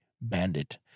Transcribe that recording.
bandit